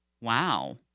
wow